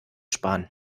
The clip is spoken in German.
sparen